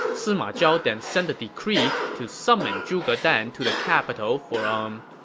sima zhao then sent a decree to summon zhuge dan to the capital for, umm,